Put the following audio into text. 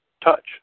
touch